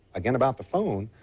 again about the phone,